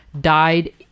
died